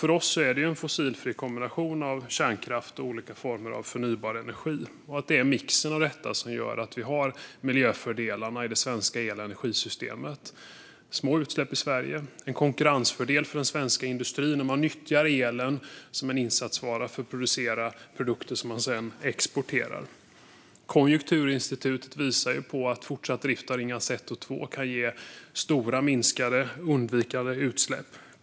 För oss är det en fossilfri kombination med en mix av kärnkraft och olika former av förnybar energi som gör att vi har miljöfördelarna i det svenska el och energisystemet. Vi har små utsläpp i Sverige och en konkurrensfördel för den svenska industrin. Man nyttjar elen som en insatsvara för att framställa produkter som man sedan exporterar. Konjunkturinstitutet visar att fortsatt drift av Ringhals 1 och 2 kan ge stora minskningar och undvikande av utsläpp.